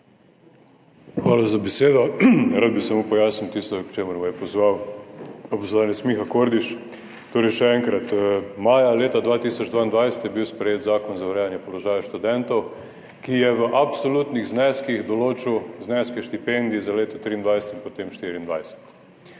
Hvala za besedo. Rad bi samo pojasnil tisto, k čemur me je pozval poslanec Miha Kordiš. Torej še enkrat, maja leta 2022 je bil sprejet Zakon za urejanje položaja študentov, ki je v absolutnih zneskih določil zneske štipendij za let 2023 in potem 2024.